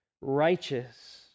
righteous